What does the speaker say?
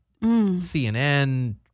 CNN